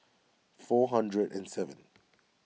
four hundred and seven